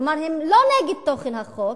כלומר, הם לא נגד תוכן החוק,